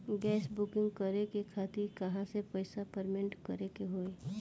Gas booking करे के खातिर कहवा से पैसा पेमेंट करे के होई?